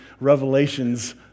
revelations